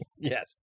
Yes